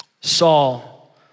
Saul